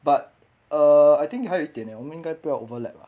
but err I think 还有一点 leh 我们应该不要 overlap